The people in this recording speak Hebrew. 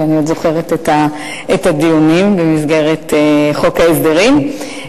ואני עוד זוכרת את הדיונים במסגרת חוק ההסדרים.